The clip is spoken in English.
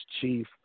chief